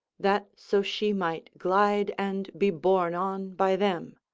that so she might glide and be borne on by them.